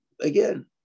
Again